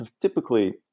typically